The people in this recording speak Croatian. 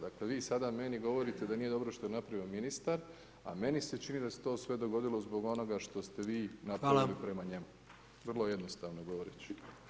Dakle vi sada meni govorite da nije dobro što je napravio ministar a meni se čini da se to sve dogodilo zbog onoga što ste vi napravili prema njemu, vrlo jednostavno govoreći.